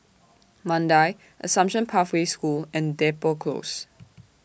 Mandai Assumption Pathway School and Depot Close